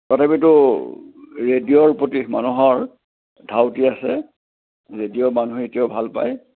তথাপিতো ৰেডিঅ'ৰ প্ৰতি মানুহৰ ধাউতি আছে ৰেডিঅ' মানুহে এতিয়াও ভাল পায়